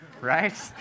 right